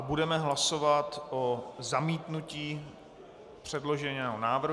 Budeme hlasovat o zamítnutí předloženého návrhu.